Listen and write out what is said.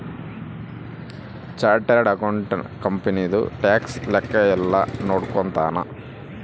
chartered accountant ಕಂಪನಿದು tax ಲೆಕ್ಕ ಯೆಲ್ಲ ನೋಡ್ಕೊತಾನ